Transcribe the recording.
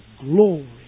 glory